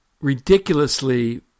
ridiculously